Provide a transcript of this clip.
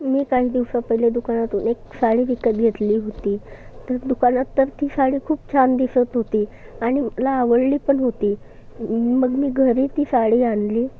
मी काही दिवसापहिले दुकानातून एक साडी विकत घेतली होती तर दुकानात तर ती साडी खूप छान दिसत होती आणि मला आवडली पण होती मग मी घरी ती साडी आणली